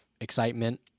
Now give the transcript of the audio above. excitement